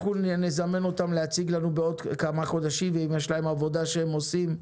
אנחנו נזמן אותם להציג לנו בעוד כמה חודשים ואם יש להם עבודה שהם עושים,